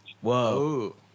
whoa